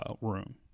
room